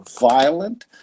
violent